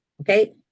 Okay